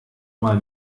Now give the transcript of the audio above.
mal